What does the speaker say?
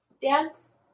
dance